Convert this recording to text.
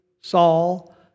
Saul